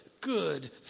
good